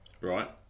right